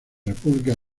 república